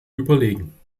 überlegen